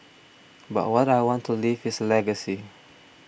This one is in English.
but what I want to leave is a legacy